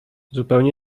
zupełnie